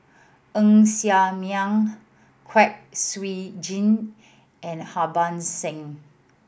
Ng Ser Miang Kwek Siew Jin and Harbans Singh